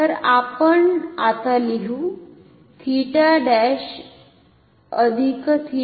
तर आपण आता लिहु 𝜃 ′ 𝜃f आणि GI